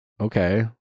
okay